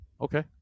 Okay